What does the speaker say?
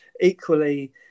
Equally